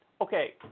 Okay